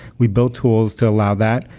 we built tools to allow that.